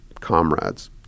comrades